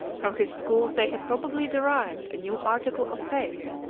from his school they had probably derived a new article of faith,